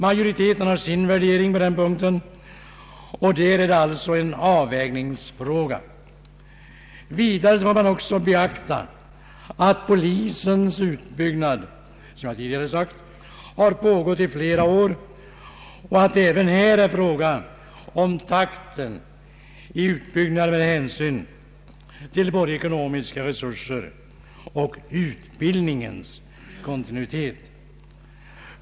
Majoriteten har sin värdering på den punkten, och det är alltså en avvägningsfråga. Vidare får man beakta att polisens utbyggnad, som jag tidigare sagt, har pågått i flera år och att det även här är fråga om takten i utbyggnaden med hänsyn till både ekonomiska resurser och utbildningens kontinuitet.